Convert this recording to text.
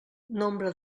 nombre